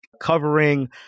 covering